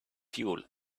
fuel